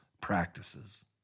practices